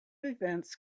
events